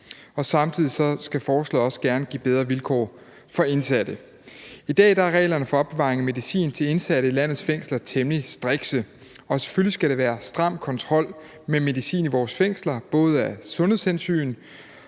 Samtidig skal forslaget også gerne give bedre vilkår for indsatte. I dag er reglerne for opbevaring af medicin til indsatte i landets fængsler temmelig strikse. Selvfølgelig skal der være stram kontrol med medicin i vores fængsler, både af sundhedshensyn